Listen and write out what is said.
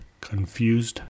confused